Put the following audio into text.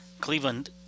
Cleveland